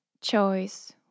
choice